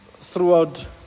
Throughout